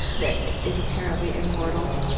that is apparently immortal,